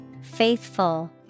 Faithful